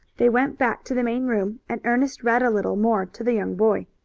they went back to the main room and ernest read a little more to the young boy.